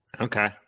Okay